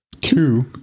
Two